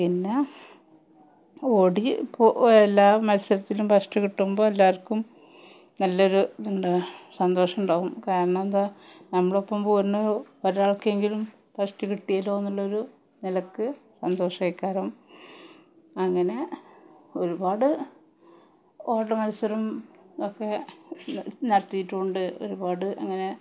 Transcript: പിന്നെ ഓടി എല്ലാ മത്സരത്തിലും ഫഷ്ട് കിട്ടുമ്പോൾ എല്ലാവർക്കും നല്ല ഒരു എന്താണ് സന്തോഷമുണ്ടാവും കാരണം എന്താ നമ്മൾ ഒപ്പം പോരണ ഒരാൾക്ക് എങ്കിലും ഫഷ്ട് കിട്ടിയല്ലോ എന്നുള്ള ഒരു നിലക്ക് സന്തോഷമായിക്കാണും അങ്ങനെ ഒരുപാട് ഓട്ട മത്സരം ഒക്കെ നടത്തിയിട്ടുണ്ട് ഒരുപാട് അങ്ങനെ